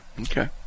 Okay